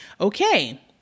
okay